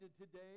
today